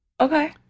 Okay